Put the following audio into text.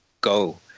go